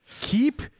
keep